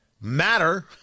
matter